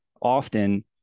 often